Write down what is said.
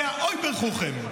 זה האויבער חכם.